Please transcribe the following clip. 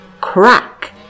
crack